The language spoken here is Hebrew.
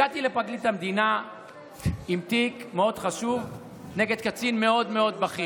הגעתי לפרקליט המדינה עם תיק מאוד חשוב נגד קצין מאוד מאוד בכיר